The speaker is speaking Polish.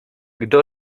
gdy